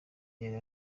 yari